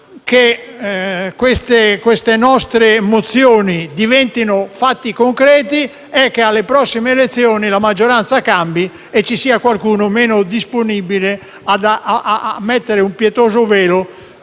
che le nostre mozioni diventino fatti concreti risiede nell'eventualità che alle prossime elezioni la maggioranza cambi e ci sia qualcuno meno disponibile a mettere un pietoso velo